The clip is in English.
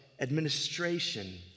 administration